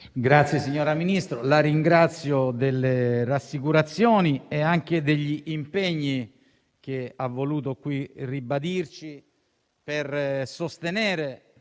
*(PD)*. Signora Ministro, la ringrazio delle rassicurazioni e anche degli impegni che ha voluto qui ribadirci per sostenere